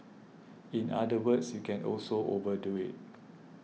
in other words you can also overdo it